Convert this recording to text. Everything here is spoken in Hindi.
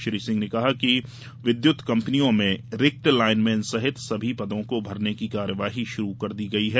श्री सिंह ने कहा कि विद्युत कम्पनियों में रिक्त लाइनमेन सहित सभी पदों को भरने की कार्यवाही शुरू कर दी गई है